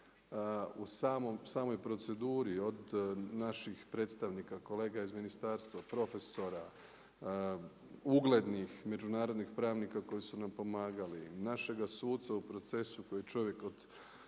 u samoj proceduri od naših predstavnika kolega iz ministarstva, profesora, uglednih međunarodnih pravnika koji su nam pomagali, našega suca u procesu koji je čovjek od